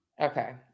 Okay